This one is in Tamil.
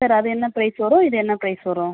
சார் அது என்ன ப்ரைஸ் வரும் இது என்ன ப்ரைஸ் வரும்